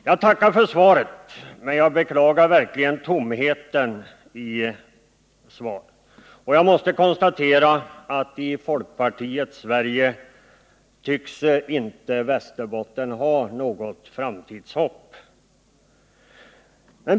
Jag tackar för svaret, men jag beklagar verkligen tomheten i detta svar. Och jag måste konstatera att i folkpartiets Sverige tycks inte Västerbotten ha något framtidshopp.